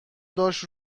داشت